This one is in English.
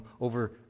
over